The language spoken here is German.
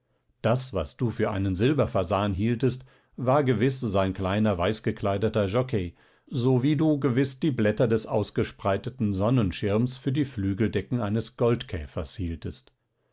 das was du für einen silberfasan hieltest war gewiß sein kleiner weißgekleideter jockei sowie du gewiß die blätter des ausgespreiteten sonnenschirms für die flügeldecken eines goldkäfers hieltest